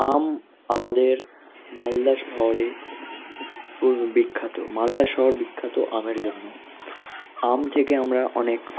আম আমাদের মালদা শহরে পুর বিখ্যাত মালদা শহর বিখ্যাত আমের জন্য আম থেকে আমরা অনেক